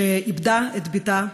שאיבדה את בתה הלל,